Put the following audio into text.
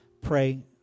pray